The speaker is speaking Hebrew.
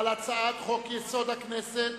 על הצעת חוק-יסוד: הכנסת